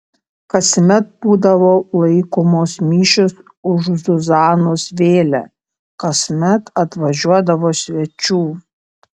kasmet būdavo laikomos mišios už zuzanos vėlę kasmet atvažiuodavo svečių